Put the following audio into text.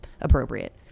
appropriate